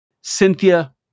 Cynthia